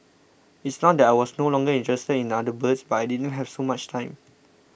it's not that I was no longer interested in other birds but I didn't have so much time